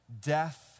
death